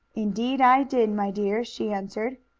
indeed i did, my dear! she answered.